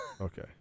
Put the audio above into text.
Okay